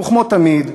וכמו תמיד,